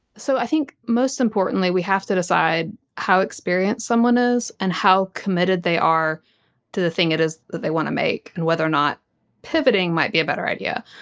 so i think most importantly we have to decide how experienced someone is and how committed they are to the thing it is that they want to make. and whether or not pivoting might be a better idea.